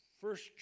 first